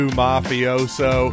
mafioso